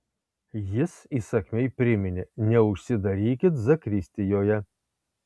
jis įsakmiai priminė neužsidarykit zakristijoje